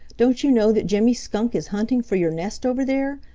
don't you know that jimmy skunk, is hunting for your nest over there?